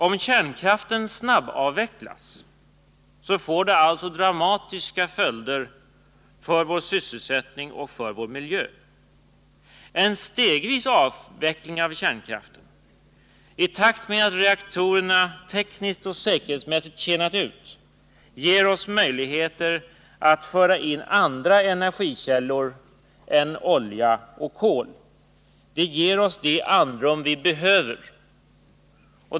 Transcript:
Om kärnkraften snabbavvecklas, får det alltså dramatiska följder för vår sysselsättning och för vår miljö. En stegvis avveckling av kärnkraften i takt med att reaktorerna tekniskt och säkerhetsmässigt tjänat ut ger oss möjlighet att föra in andra energikällor än olja och kol. Det ger oss det andrum vi behöver.